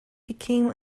became